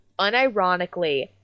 unironically